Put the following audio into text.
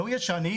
לא ישנים.